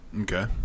Okay